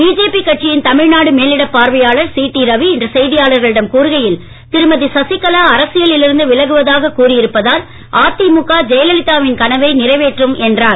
BJP கட்சியின் தமிழ்நாடு மேலிடப் பார்வையாளர் சிடி ரவி இன்று செய்தியாளர்களிடம் கூறுகையில் திருமதி சசிகலா அரசியலில் இருந்து விலகுவதாக கூறி இருப்பதால் அதிமுக ஜெயலலிதாவின் கனவை நிறைவேற்றும் என்றார்